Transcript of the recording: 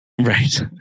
Right